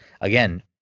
again